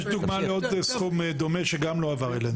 יש דוגמה לעוד סכום דומה שגם לא עבר אלינו.